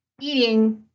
eating